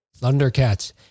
Thundercats